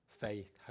faith